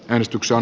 edistyksen